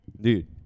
Dude